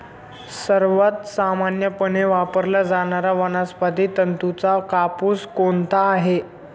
सर्वात सामान्यपणे वापरला जाणारा वनस्पती तंतूचा कापूस कोणता आहे?